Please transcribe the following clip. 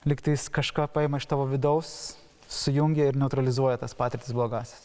lyg tais kažką paima iš tavo vidaus sujungia ir neutralizuoja tas patirtis blogąsias